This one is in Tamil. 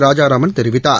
ராஜாராமன் தெரிவித்தார்